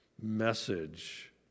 message